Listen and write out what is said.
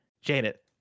Janet